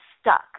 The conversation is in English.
stuck